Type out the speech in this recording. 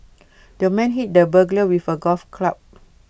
the man hit the burglar with A golf club